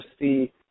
see